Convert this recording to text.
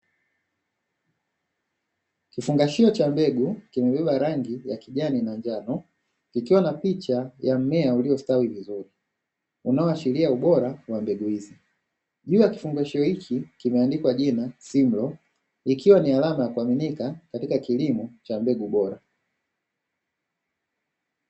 Kifungashio cha mbegu limebeba rangi ya kijani na njano kikiwa na picha ya mmea uliostawi vizuri, unaoashiria ubora wa mbegu hizo. Juu ya kifungashio hiki kimeandikwa jina "Simlaw", ikiwa ni alama ya kuaminika katika kilimo cha mbegu bora.